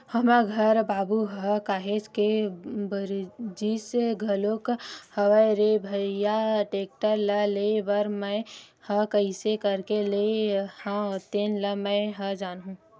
हमर घर बाबू ह काहेच के बरजिस घलोक हवय रे भइया टेक्टर ल लेय बर मैय ह कइसे करके लेय हव तेन ल मैय ह जानहूँ